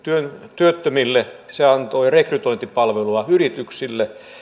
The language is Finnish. työttömille se antoi rekrytointipalveluja yrityksille